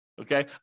okay